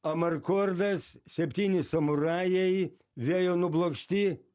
amarkordas septyni samurajai vėjo nublokšti